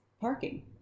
parking